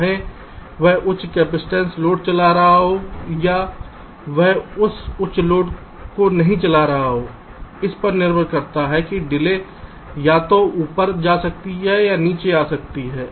चाहे वह उच्च कैपेसिटिव लोड चला रहा हो या वह उस उच्च लोड को नहीं चला रहा हो इस पर निर्भर करता है कि डिले या तो ऊपर जा सकती है या नीचे जा सकती है